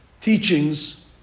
teachings